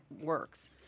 works